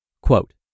Quote